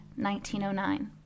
1909